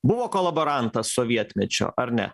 buvo kolaborantas sovietmečio ar ne